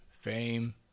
fame